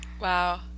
Wow